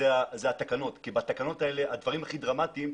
הוא התקנות כי בתקנות האלה הדברים הכי דרמטיים.